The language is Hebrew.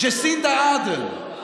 ג'סינדה ארדרן,